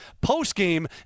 post-game